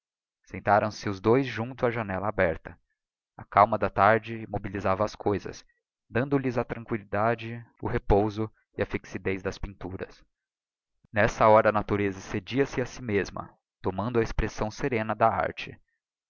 sentaram-se os dois junto á janella aberta a calma da tarde immobilisava as coisas dando-lhes a tranquillidade o repouso e a fixidez das pmturas n'essa hora a natureza excedia se a si mesma tomando a expressão serenada aitc